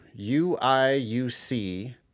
UIUC